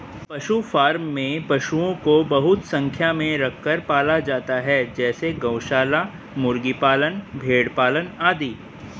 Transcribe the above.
पशु फॉर्म में पशुओं को बहुत संख्या में रखकर पाला जाता है जैसे गौशाला, मुर्गी पालन, भेड़ पालन आदि